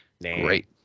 Great